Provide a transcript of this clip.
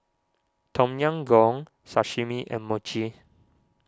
Tom Yam Goong Sashimi and Mochi